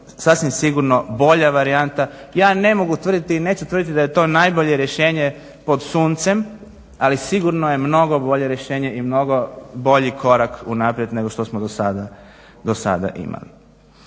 sasvim sigurno bolja varijanta. Ja ne mogu tvrditi i neću tvrditi da je to najbolje rješenje pod suncem, ali sigurno je mnogo bolje rješenje i mnogo bolji korak unaprijed nego što smo do sada imali.